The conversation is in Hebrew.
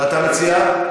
ואתה מציע?